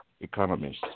economists